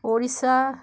Odisha